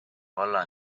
valla